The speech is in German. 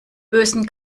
bösen